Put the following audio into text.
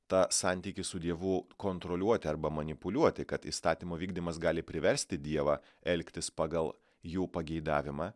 tą santykį su dievu kontroliuoti arba manipuliuoti kad įstatymo vykdymas gali priversti dievą elgtis pagal jų pageidavimą